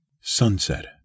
Sunset